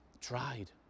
tried